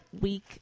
week